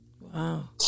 Wow